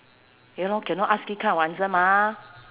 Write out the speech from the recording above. ya lor cannot ask this kind of answer mah